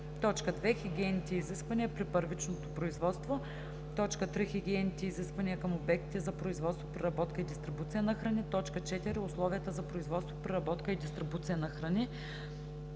2. хигиенните изисквания при първичното производство; 3. хигиенните изисквания към обектите за производство, преработка и дистрибуция на храни; 4. условията за производство, преработка и дистрибуция на храни.“